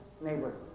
neighbor